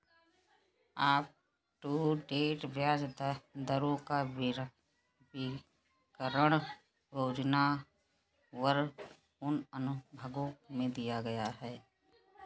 up to date ब्याज दरों का विवरण योजनावार उन अनुभागों में दिया गया है